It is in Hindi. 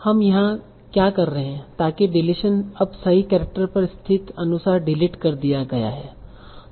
हम यहां क्या कर रहे हैं ताकि डिलीशन अब सही केरेक्टर पर स्थिति अनुसार डिलीट कर दिया गया है